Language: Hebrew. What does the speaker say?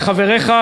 וחבריך,